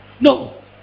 No